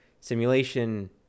simulation